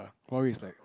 Huawei is like